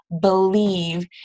believe